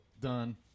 done